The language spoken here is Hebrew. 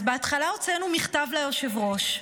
אז בהתחלה הוצאנו מכתב ליושב-ראש,